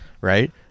right